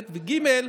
ב' וג',